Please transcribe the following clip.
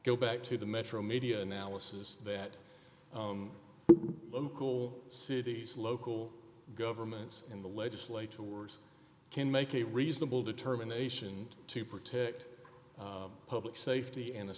go back to the metro media analysis that cool cities local governments in the legislature words can make a reasonable determination to protect public safety anesthe